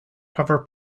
cover